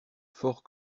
fort